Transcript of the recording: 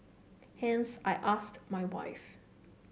hence I asked my wife